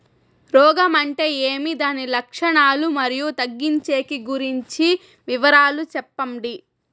రోగం అంటే ఏమి దాని లక్షణాలు, మరియు తగ్గించేకి గురించి వివరాలు సెప్పండి?